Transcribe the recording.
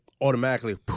Automatically